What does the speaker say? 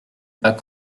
pas